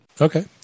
okay